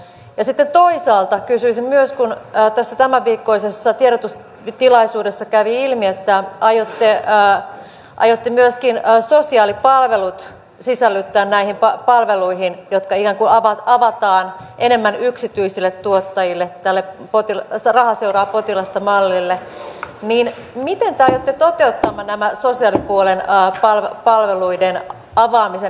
ja sitten toisaalta kysyisin myös kun tässä tämänviikkoisessa tiedotustilaisuudessa kävi ilmi että aiotte myöskin sosiaalipalvelut sisällyttää näihin palveluihin jotka ikään kuin avataan enemmän yksityisille tuottajille tälle raha seuraa potilasta mallille miten te aiotte toteuttaa sosiaalipuolen palveluiden avaamisen yksityiselle